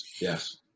yes